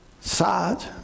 Sad